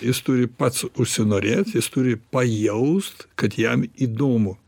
jis turi pats užsinorėt jis turi pajaust kad jam įdomu